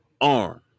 arm